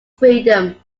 freedom